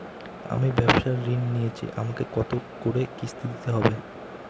আমি ব্যবসার ঋণ নিয়েছি আমাকে কত করে কিস্তি দিতে হবে?